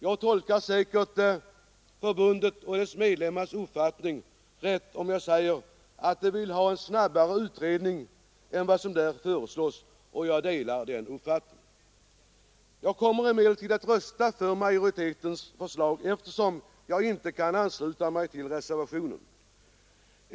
Jag tolkar säkert förbundets och dess medlemmars uppfattning rätt om jag säger att de vill ha en snabbare utredning än vad som där föreslås. Jag delar den uppfattningen. Jag kommer emellertid att rösta för majoritetens förslag, eftersom jag inte kan ansluta mig till reservationen.